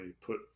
put